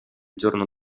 giorno